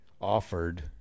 offered